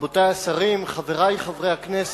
תודה, רבותי השרים, חברי הכנסת,